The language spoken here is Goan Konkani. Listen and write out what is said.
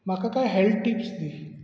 म्हाका कांय हॅल्थ टिप्स दी